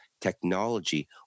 technology